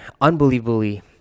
unbelievably